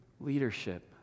leadership